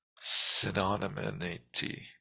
synonymity